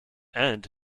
end